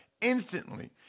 instantly